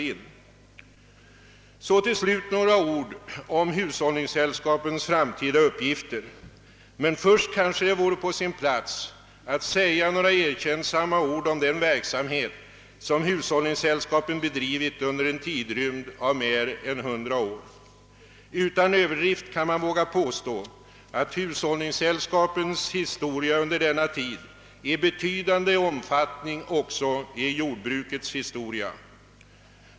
Till sist vill jag helt kort beröra hushållningssällskapens framtida uppgifter men först vore det kanske på sin plats att säga några erkännsamma ord om den verksamhet som hushållningssällskapen bedrivit under en tidrymd av mer än hundra år. Utan överdrift kan man våga påstå att hushållningssällskapens historia under denna tid i betydande omfattning också är jordbrukets historia.